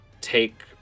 take